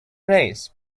rains